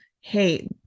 hey